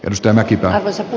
jos tämäkin on osattu